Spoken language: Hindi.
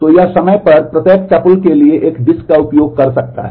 तो यह समय पर प्रत्येक टपल के लिए एक डिस्क का उपयोग कर सकता है